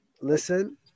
listen